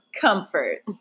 Comfort